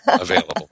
available